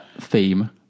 theme